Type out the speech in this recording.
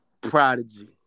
Prodigy